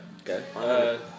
Okay